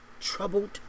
troubled